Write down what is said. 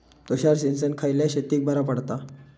तुषार सिंचन खयल्या शेतीक बरा पडता?